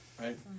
right